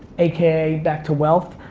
aka back to wealth,